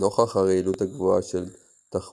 נוכח הרעילות הגבוהה של תחמוצותיו,